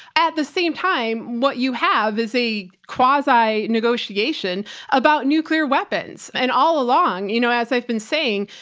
at the same time, what you have is a quasi negotiation about nuclear weapons and all along, you know, as i've been saying,